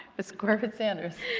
miss corbett sanders.